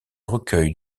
recueils